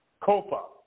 COPA